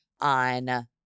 on